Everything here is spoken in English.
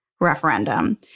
referendum